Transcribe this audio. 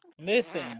Listen